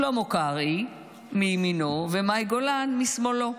שלמה קרעי מימינו ומאי גולן מסביבו.